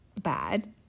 bad